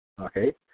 okay